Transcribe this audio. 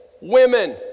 women